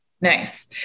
nice